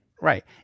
Right